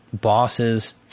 bosses